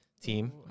team